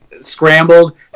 scrambled